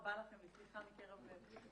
רבה לכם וסליחה מקרב לב.